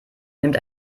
nimmt